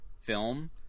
film